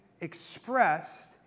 expressed